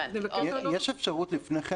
יש אפשרות לפני כן